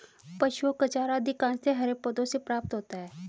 पशुओं का चारा अधिकांशतः हरे पौधों से प्राप्त होता है